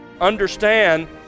Understand